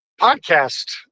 podcast